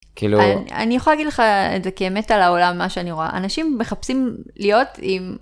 אני יכולה להגיד לך את זה כאמת על העולם, מה שאני רואה. אנשים מחפשים להיות עם...